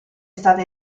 stata